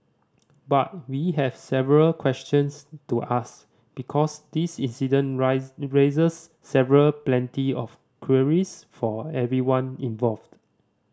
but we have several questions to ask because this incident rise raises several plenty of queries for everyone involved